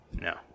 No